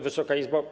Wysoka Izbo!